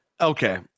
Okay